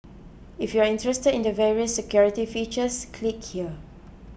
if you're interested in the various security features click here